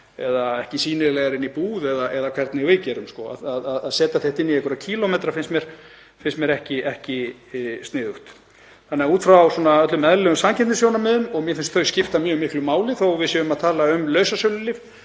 eða ekki sýnilegar í búðum eða hvernig við gerum það. Að setja þetta inn í einhverja kílómetra finnst mér ekki sniðugt. Þannig að út frá öllum eðlilegum samkeppnissjónarmiðum, og mér finnst þau skipta mjög miklu máli þó að við séum að tala um lausasölulyf,